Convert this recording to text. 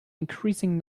increasing